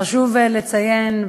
חשוב לציין,